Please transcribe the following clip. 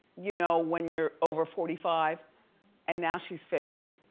you know when you're over forty five and now she's fifty.